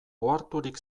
oharturik